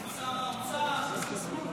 שר האוצר?